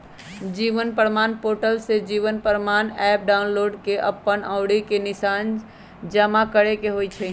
जीवन प्रमाण पोर्टल से Jeevan Pramaan app download कऽ के अप्पन अँउरी के निशान जमा करेके होइ छइ